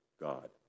God